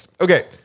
Okay